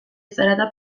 zarata